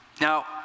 Now